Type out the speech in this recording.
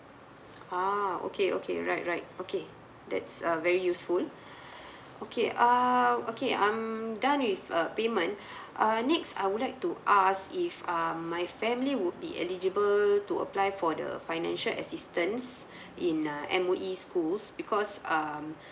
ah okay okay right right okay that's uh very useful okay err okay I'm done with a payment uh next I would like to ask if um my family would be eligible to apply for the financial assistance in a M_O_E schools because um